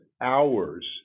hours